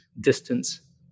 distance